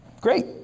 Great